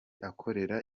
akorera